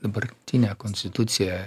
dabartinė konstitucija